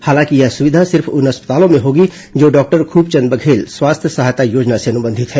हालांकि यह सुविधा सिर्फ उन अस्पतालों में होगी जो डॉक्टर खूबचंद बघेल स्वास्थ्य सहायता योजना से अनुबंधित है